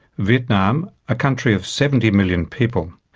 vietnam, a country of seventy million people,